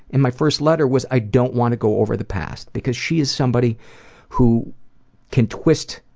in my first letter, was i don't want to go over the past because she is somebody who can twist